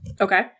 Okay